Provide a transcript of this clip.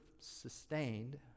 sustained